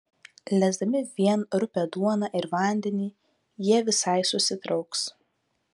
lesdami vien rupią duoną ir vandenį jie visai susitrauks